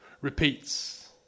repeats